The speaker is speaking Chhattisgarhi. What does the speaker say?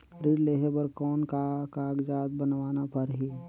ऋण लेहे बर कौन का कागज बनवाना परही?